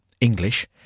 English